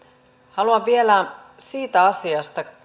haluan vielä siitä asiasta